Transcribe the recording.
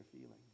feeling